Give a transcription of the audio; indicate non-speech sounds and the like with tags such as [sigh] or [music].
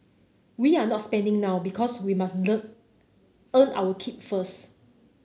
we're not spending now because we must [unintelligible] earn our keep first